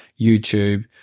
YouTube